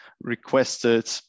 requested